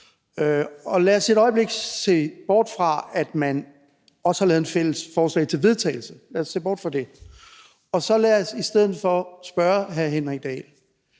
og lad os et øjeblik se bort fra, at man også har lavet et fælles forslag til vedtagelse, og lad os i stedet for spørge hr. Henrik Dahl,